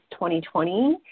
2020